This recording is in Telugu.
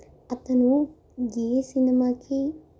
అతను ఏ సినిమాకి